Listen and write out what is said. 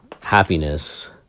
happiness